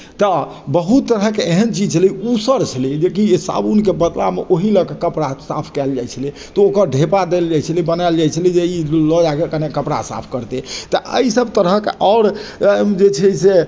तऽ बहुत तरहके एहन चीज छलै उसड़ छलै जे कि साबुनके बदलामे ओही लएके कपड़ा साफ कयल जाइ छलै तऽ ओकर ढेपा देल जाइ छलै बनायल जाइ छलै जे ई लऽ जाकऽ कने कपड़ा साफ करतइ तऽ अइ सब तरहक आओर जे छै से